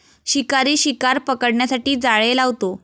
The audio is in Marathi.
शिकारी शिकार पकडण्यासाठी जाळे लावतो